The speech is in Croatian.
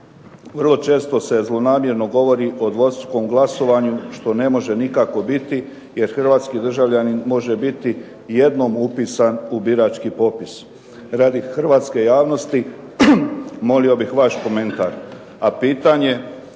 Vrlo često se zlonamjerno govori o dvostrukom glasovanju, što ne može nikako biti, jer hrvatski državljanin može biti jednom upisan u birački popis. Radi hrvatske javnosti molio bih vaš komentar. A pitanje